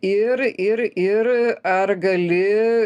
ir ir ir ar gali